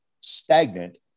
stagnant